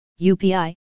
UPI